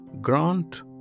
Grant